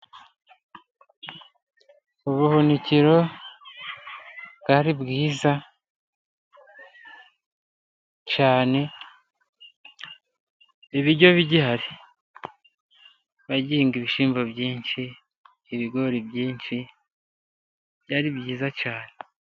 Ubuhunikiro bwari bwiza cyane ibiryo bigihari, bagihinga ibishyimbo byinshi, ibigori byinshi, byari byiza cyane.